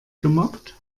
gemobbt